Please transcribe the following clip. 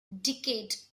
decade